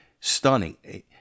stunning